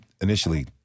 initially